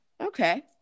Okay